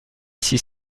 six